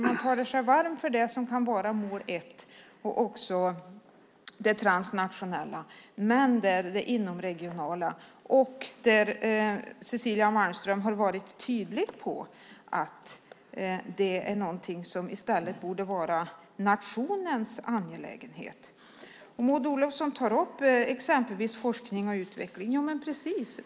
Man talar sig varm för det som kan vara mål 1 och det transnationella. Cecilia Malmström har varit tydlig med att det är något som i stället borde vara nationens angelägenhet. Maud Olofsson tar upp exempelvis forskning och utveckling.